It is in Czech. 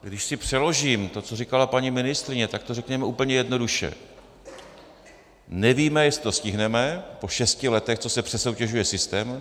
Když si přeložím to, co říkala paní ministryně, tak to řekněme úplně jednoduše: Nevíme, jestli to stihneme, po šesti letech, co se přesoutěžuje systém.